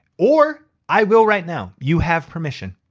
or i will right now, you have permission.